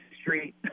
street